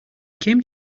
came